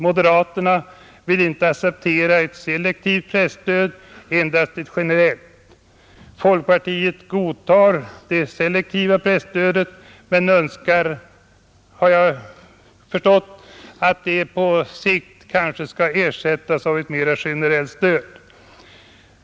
Moderaterna vill inte acceptera ett selektivt presstöd, endast ett generellt. Folkpartiet godtar det selektiva presstödet men önskar enligt vad jag förstått att det kanske på sikt skall ersättas av ett mera generellt stöd.